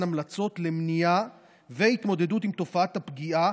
המלצות למניעה ולהתמודדות עם תופעת הפגיעה